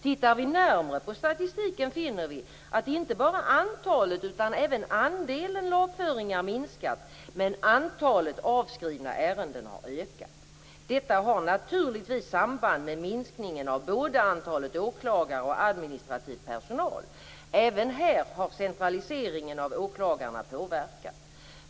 Tittar vi närmre på statistiken finner vi att inte bara antalet utan även andelen lagföringar minskat medan antalet avskrivna ärenden har ökat. Detta har naturligtvis samband med minskningen av både antalet åklagare och administrativ personal. Även här har centraliseringen av åklagarna påverkat.